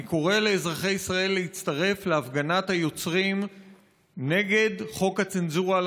אני קורא לאזרחי ישראל להצטרף להפגנת היוצרים נגד חוק הצנזורה על